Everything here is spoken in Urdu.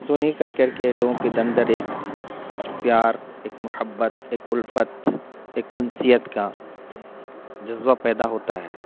سن ہی کر کر کے لوگوں کے اندر ایک پیار ایک محبت ایک الفت ایک انسیت کا جذبہ پیدا ہوتا ہے